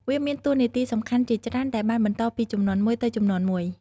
វាមានតួនាទីសំខាន់ជាច្រើនដែលបានបន្តពីជំនាន់មួយទៅជំនាន់មួយ។